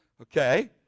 Okay